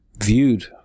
Viewed